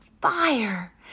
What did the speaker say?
fire